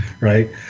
right